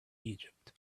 egypt